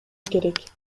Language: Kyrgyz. керек